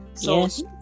yes